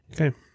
Okay